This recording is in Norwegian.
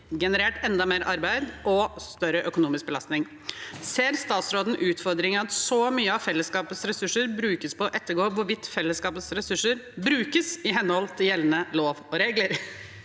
generert enda mer arbeid og en større økonomisk belastning. Ser statsråden utfordringen i at så mye av fellesskapets ressurser brukes på å ettergå hvorvidt fellesskapets ressurser brukes i henhold til gjeldende lover og regler?»